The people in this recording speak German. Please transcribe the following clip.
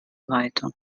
weiter